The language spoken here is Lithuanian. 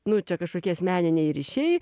nu čia kažkokie asmeniniai ryšiai